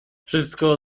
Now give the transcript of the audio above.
wszystko